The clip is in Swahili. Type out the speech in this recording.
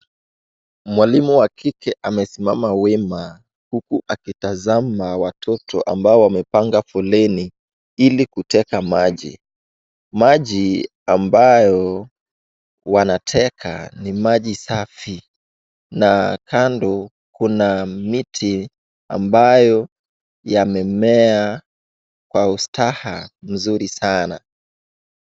Mwalimu wa kike amesimama wima huku akitazama watoto ambao wamepanga foleni ili kuteka maji. Maji ambayo wanateka ni maji safi na kando kuna miti ambayo yamemea kwa ustaha mzuri sana.